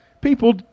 People